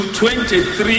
23%